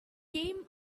came